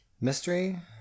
Mystery